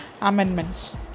amendments